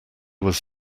was